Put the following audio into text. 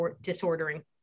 disordering